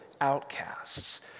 outcasts